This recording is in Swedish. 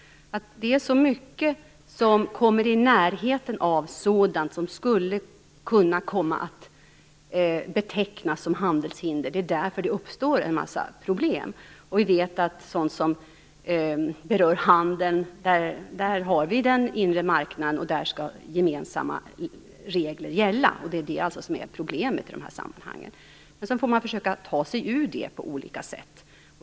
Det finns mycket här som ligger nära sådant som skulle kunna komma att betecknas som handelshinder. Det är därför det uppstår en massa problem. När det gäller sådant som berör handeln, har vi ju den inre marknaden. Där skall gemensamma regler gälla. Det är det som är problemet i de här sammanhangen. Sedan får man försöka ta sig ur det på olika sätt.